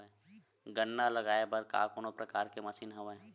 गन्ना लगाये बर का कोनो प्रकार के मशीन हवय?